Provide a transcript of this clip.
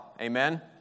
Amen